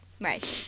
right